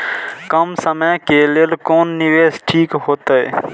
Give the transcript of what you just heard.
कम समय के लेल कोन निवेश ठीक होते?